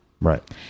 Right